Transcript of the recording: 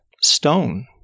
stone